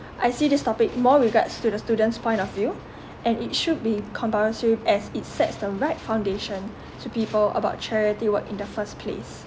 I see this topic more regards to the student's point of view and it should be compulsory as it sets the right foundation to people about charity work in the first place